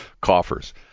coffers